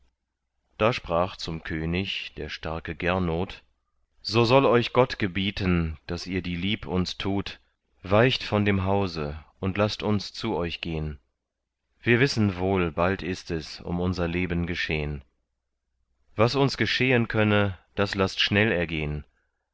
da sprach zu dem könig der starke gernot so soll euch gott gebieten daß ihr die lieb uns tut weicht von dem hause und laßt uns zu euch gehn wir wissen wohl bald ist es um unser leben geschehn was uns geschehen könne das laßt schnell ergehn